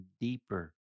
deeper